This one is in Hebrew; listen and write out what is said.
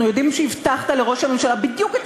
אנחנו יודעים שהבטחת לראש הממשלה בדיוק את